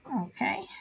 Okay